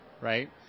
right